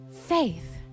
faith